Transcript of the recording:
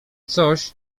coś